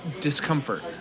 discomfort